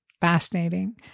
fascinating